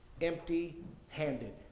empty-handed